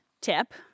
tip